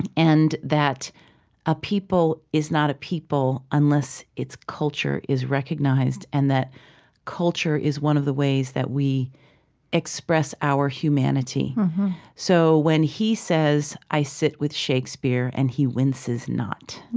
and that a people is not a people unless its culture is recognized and that culture is one of the ways that we express our humanity so, when he says, i sit with shakespeare, and he winces not.